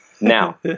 Now